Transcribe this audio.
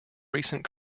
recent